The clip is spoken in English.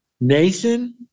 Nathan